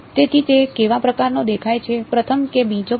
તેથી તે કેવા પ્રકારનો દેખાય છે પ્રથમ કે બીજો પ્રકાર